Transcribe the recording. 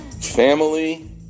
Family